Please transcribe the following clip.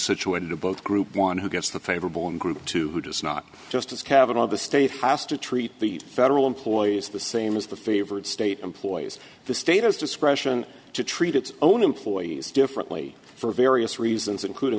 situated to both groups one who gets the favorable in group two who does not just as capital of the state asked to treat the federal employees the same as the favorite state employees the state has discretion to treat its own employees differently for various reasons including